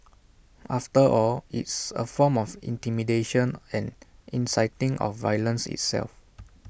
after all it's A form of intimidation and inciting of violence itself